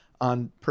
on